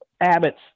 Abbott's